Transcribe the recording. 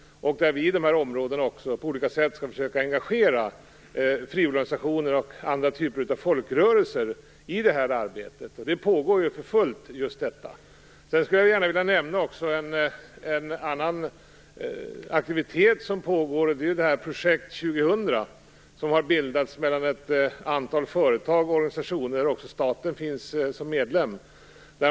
I de här områdena skall vi på olika sätt försöka organisera frivilligorganisationer och andra typer av folkrörelser i detta arbete, som pågår för fullt. En annan aktivitet som pågår är Projekt 2000, som har bildats mellan ett antal företag och organisationer. Också staten är medlem.